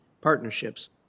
partnerships